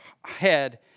head